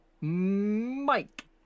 Mike